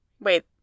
Wait